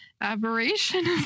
aberration